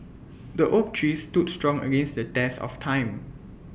the oak tree stood strong against the test of time